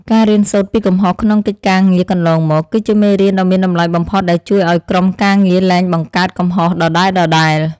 ការរៀនសូត្រពីកំហុសក្នុងកិច្ចការងារកន្លងមក គឺជាមេរៀនដ៏មានតម្លៃបំផុតដែលជួយឱ្យក្រុមការងារលែងបង្កើតកំហុសដដែលៗ។